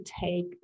take